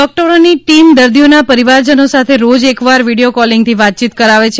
ડોકટરોની ટીમ દર્દીઓના પરિવારજનો સાથે રોજ એક વાર વિડીઓકોલિંગથી વાતચીત કરાવે છે